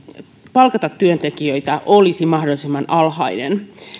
palkata työntekijöitä olisi mahdollisimman alhainen